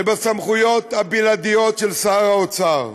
ובסמכויות הבלעדיות של שר האוצר.